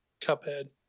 Cuphead